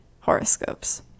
horoscopes